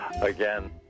again